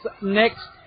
next